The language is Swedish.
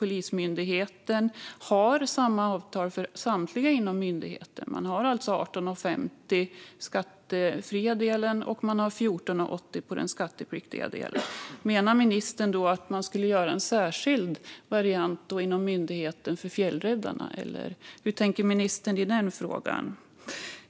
Polismyndigheten har samma avtal för samtliga inom myndigheten, alltså 18,50 i den skattefria delen och 14,80 på den skattepliktiga delen. Menar ministern då att man skulle göra en särskild variant inom myndigheten för fjällräddarna, eller hur tänker ministern i den frågan?